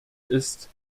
ist